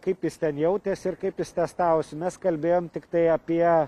kaip jis ten jautėsi ir kaip jis testavosi mes kalbėjom tiktai apie